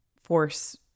force